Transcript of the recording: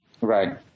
Right